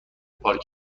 پارک